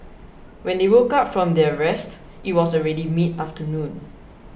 when they woke up from their rest it was already mid afternoon